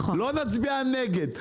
לא נצביע נגד.